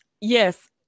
Yes